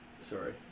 Sorry